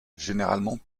généralement